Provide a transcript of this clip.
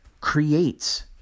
creates